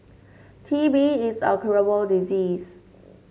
T B is a curable disease